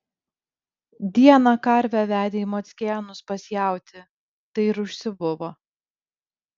dieną karvę vedė į mockėnus pas jautį tai ir užsibuvo